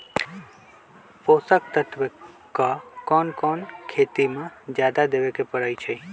पोषक तत्व क कौन कौन खेती म जादा देवे क परईछी?